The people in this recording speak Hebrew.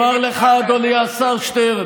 אז אני אומר לך, אדוני השר שטרן,